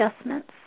adjustments